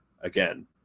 again